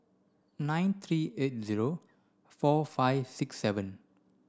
nine three eight zero four five six seven